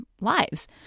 lives